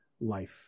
life